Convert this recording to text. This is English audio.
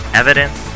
evidence